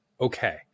okay